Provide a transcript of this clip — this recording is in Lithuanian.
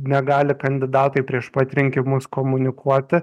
negali kandidatai prieš pat rinkimus komunikuoti